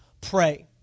pray